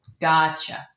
Gotcha